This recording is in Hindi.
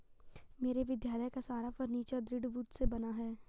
मेरे विद्यालय का सारा फर्नीचर दृढ़ वुड से बना है